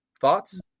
Thoughts